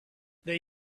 they